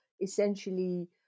essentially